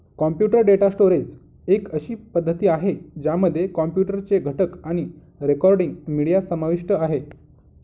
computer data storage एक अशी पद्धती आहे, ज्यामध्ये कॉम्प्युटर चे घटक आणि रेकॉर्डिंग, मीडिया समाविष्ट आहे